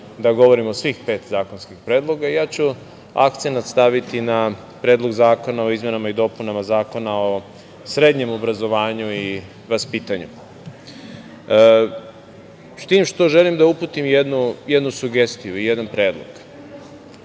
da govorim o svih pet zakonskih predloga i ja ću akcenat staviti na Predlog zakona o izmenama i dopunama Zakona o srednjem obrazovanju i vaspitanju. Želim da uputim jednu sugestiju i jedan predlog. Srbija